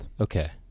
Okay